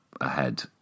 ahead